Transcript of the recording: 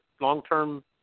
long-term